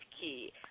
key